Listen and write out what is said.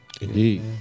Indeed